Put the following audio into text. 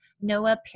Noah